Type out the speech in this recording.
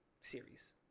series